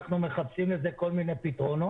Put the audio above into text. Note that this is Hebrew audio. אנחנו מחפשים לזה כל מיני פתרונות.